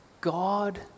God